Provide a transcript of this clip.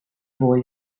boy